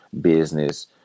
business